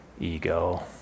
ego